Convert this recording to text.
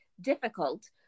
difficult